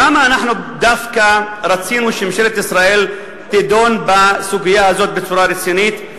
למה אנחנו דווקא רצינו שממשלת ישראל תדון בסוגיה הזאת בצורה רצינית?